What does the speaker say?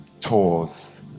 tours